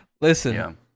Listen